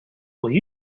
will